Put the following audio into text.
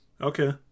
Okay